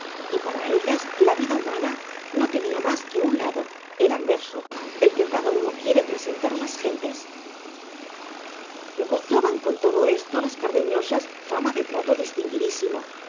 y para ellas la vida humana no tenía más que un lado el anverso el que cada uno quiere presentar a las gentes gozaban con todo esto las cardeñosas fama de trato distinguidísimo